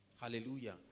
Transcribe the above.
Hallelujah